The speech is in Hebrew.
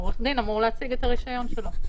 עורך דין אמור להציג את הרישיון שלו.